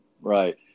Right